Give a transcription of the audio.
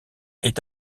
est